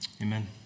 Amen